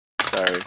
Sorry